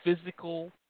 Physical